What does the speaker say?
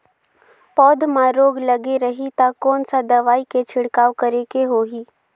पौध मां रोग लगे रही ता कोन सा दवाई के छिड़काव करेके होही?